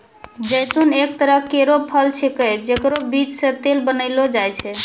जैतून एक तरह केरो फल छिकै जेकरो बीज सें तेल बनैलो जाय छै